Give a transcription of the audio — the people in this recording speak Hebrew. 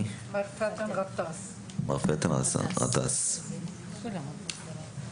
את העניין של הפרסום לגבי גילוי מוקדם צריכים להעלות ביתר שאת.